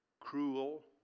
cruel